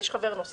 יש חבר נוסף,